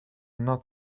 not